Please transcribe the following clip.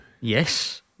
Yes